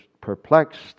perplexed